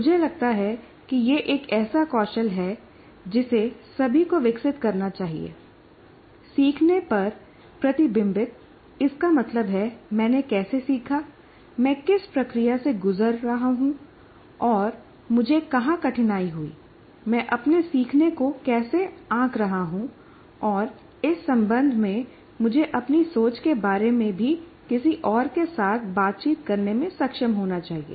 मुझे लगता है कि यह एक ऐसा कौशल है जिसे सभी को विकसित करना चाहिए सीखने पर प्रतिबिंबित इसका मतलब है मैंने कैसे सीखा मैं किस प्रक्रिया से गुजरा हूं और मुझे कहां कठिनाई हुई मैं अपने सीखने को कैसे आंक रहा हूं और इस संबंध में मुझे अपनी सोच के बारे में भी किसी और के साथ बातचीत करने में सक्षम होना चाहिए